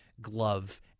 glove